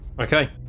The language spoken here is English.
Okay